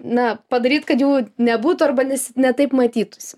na padaryt kad jų nebūtų arba nesi ne taip matytusi